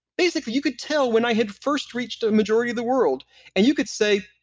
basically, you could tell when i had first reached a majority of the world and you could say,